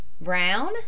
Brown